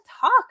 talk